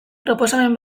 proposamen